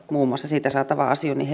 muun muassa siitä saatavaa asioinnin